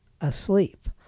asleep